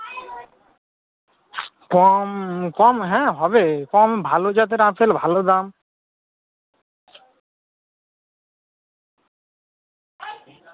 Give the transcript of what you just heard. কম কম হ্যাঁ হবে কম ভালো জাতের আপেল ভালো দাম